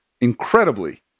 incredibly